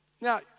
Now